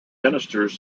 ministers